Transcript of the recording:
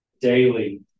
daily